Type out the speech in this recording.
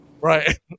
Right